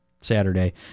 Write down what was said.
Saturday